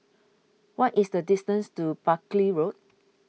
what is the distance to Buckley Road